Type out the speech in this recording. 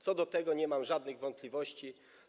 Co do tego nie mam żadnych wątpliwości.